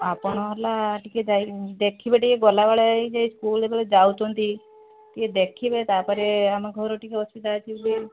ଆପଣ ହେଲା ଟିକିଏ ଯାଇ ଦେଖିବେ ଟିକିଏ ଗଲାବେଳେ ଏଇ ଯେ ସ୍କୁଲ୍ ଯେତେବେଳେ ଯାଉଛନ୍ତି ଟିକିଏ ଦେଖିବେ ତା'ପରେ ଆମ ଘର ଟିକିଏ ଅସୁବିଧା ଅଛି ବୋଲି